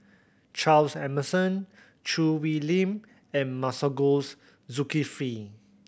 Charles Emmerson Choo Hwee Lim and Masagos Zulkifli